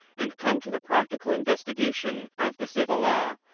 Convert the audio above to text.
and come to the practical investigation of the civil law,